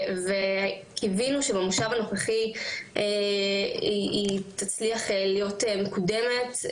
וקיווינו שבמושב הנוכחי היא תצליח להיות מקודמת.